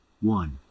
one